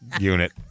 unit